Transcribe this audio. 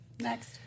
Next